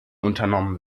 unternommen